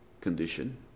condition